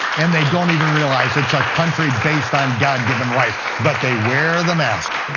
and they don't even realize it's a country based on god-given rights. but they wear the mask.